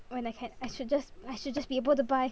when I can I should just I should just be able to buy